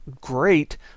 great